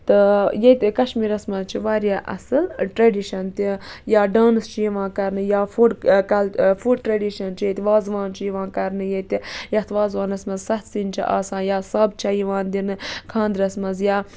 تہٕ ییٚتہِ کَشمیٖرَس منٛز چھ واریاہ اَصٕل ٹریڈِشن تہِ یا ڈانٔس چھُ یِوان کرنہٕ یا فُڈ یا فُڈ ٹریڈِشن چھِ ییٚتہِ وازوان چھُ یِوان کرنہٕ ییٚتہِ یَتھ وازوانَس منٛز چھِ سَتھ سِنۍ چھِ آسان یا سَب چھِ یِوان دِنہٕ خاندرَس منٛز یا